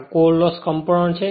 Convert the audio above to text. આ core loss component છે